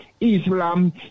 Islam